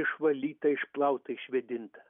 išvalyta išplauta išvėdinta